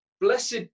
blessed